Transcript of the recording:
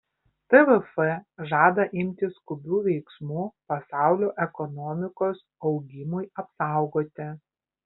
tvf žada imtis skubių veiksmų pasaulio ekonomikos augimui apsaugoti